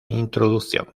introducción